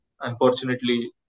unfortunately